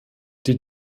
die